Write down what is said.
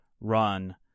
run